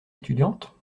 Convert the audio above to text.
étudiantes